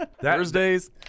Thursdays